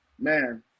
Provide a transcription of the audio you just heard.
man